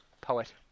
Poet